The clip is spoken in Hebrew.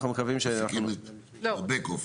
בבאק אופיס.